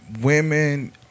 women